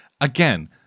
Again